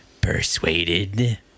persuaded